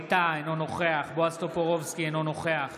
ווליד טאהא, אינו נוכח בועז טופורובסקי, אינו נוכח